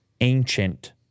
Ancient